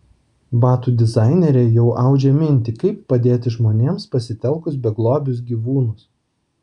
batų dizainerė jau audžia mintį kaip padėti žmonėms pasitelkus beglobius gyvūnus